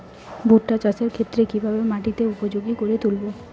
ভুট্টা চাষের ক্ষেত্রে কিভাবে মাটিকে উপযোগী করে তুলবো?